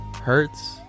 hurts